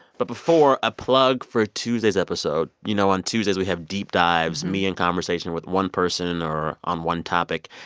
but before a plug for tuesday's episode. you know, on tuesdays we have deep dives, me in conversation with one person or on one topic.